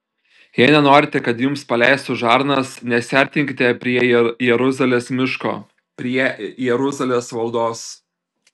jei nenorite kad jums paleistų žarnas nesiartinkite prie jeruzalės miško prie jeruzalės valdos